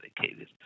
dedicated